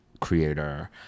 creator